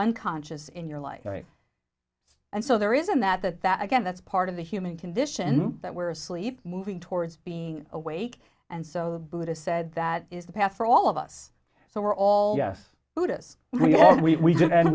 unconscious in your life and so there isn't that that that again that's part of the human condition that we're asleep moving towards being awake and so the buddha said that is the path for all of us so we're all yes buddhists we